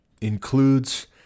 includes